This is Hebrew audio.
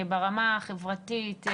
ברמה החברתית,